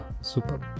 super